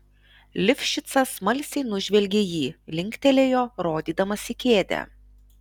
lifšicas smalsiai nužvelgė jį linktelėjo rodydamas į kėdę